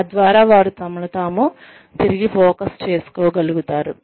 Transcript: తద్వారా వారు తమను తాము తిరిగి ఫోకస్ చేసుకోగలుగుతారు